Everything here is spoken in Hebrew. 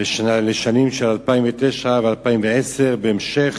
לשנים 2010-2009, בהמשך